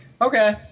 Okay